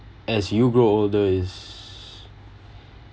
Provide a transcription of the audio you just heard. as you grow older is